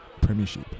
Premiership